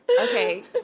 Okay